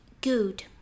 good